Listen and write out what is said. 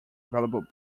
valuable